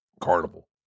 Carnival